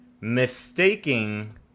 mistaking